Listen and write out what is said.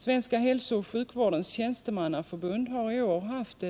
Svenska hälsooch sjukvårdens tjänstemannaförbund har i år haft